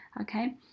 Okay